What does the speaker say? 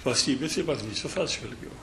valstybės ir valdystės atžvilgiu